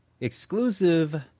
exclusive